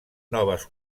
noves